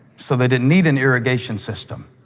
so they didn't need an irrigation system.